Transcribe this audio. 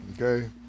Okay